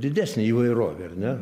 didesnė įvairovė ar ne